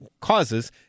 causes